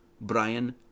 Brian